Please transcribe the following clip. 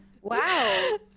Wow